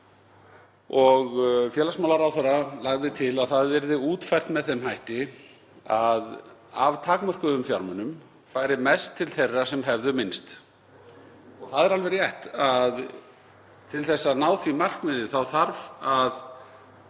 Félagsmálaráðherra lagði til að það yrði útfært með þeim hætti að af takmörkuðum fjármunum færi mest til þeirra sem hefðu minnst. Það er alveg rétt að til að ná því markmiði þarf að